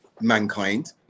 mankind